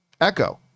Echo